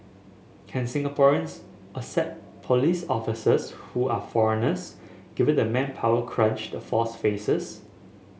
can Singaporeans accept police officers who are foreigners given the manpower crunch the force faces